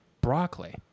Broccoli